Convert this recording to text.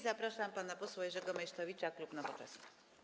Zapraszam pana posła Jerzego Meysztowicza, klub Nowoczesna.